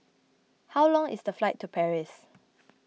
how long is the flight to Paris